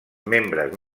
membres